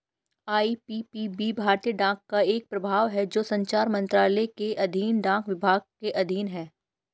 IPPB भारतीय डाक का एक प्रभाग है जो संचार मंत्रालय के अधीन डाक विभाग के अधीन है